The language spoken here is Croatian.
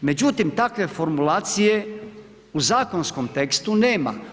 Međutim, takve formulacije u zakonskom tekstu nema.